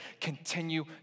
continue